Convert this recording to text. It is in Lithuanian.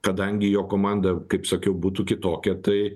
kadangi jo komanda kaip sakiau būtų kitokia tai